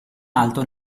alto